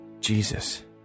Jesus